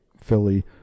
Philly